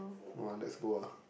no lah let's go lah